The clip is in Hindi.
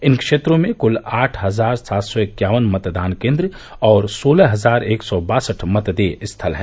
इन क्षेत्रों में कुल आठ हजार सात सौ इक्यावन मतदान केन्द्र और सोलह हजार एक सौ बासठ मतदेय स्थल हैं